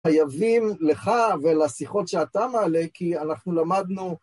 חייבים לך ולשיחות שאתה מעלה כי אנחנו למדנו